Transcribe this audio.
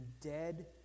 dead